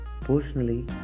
Personally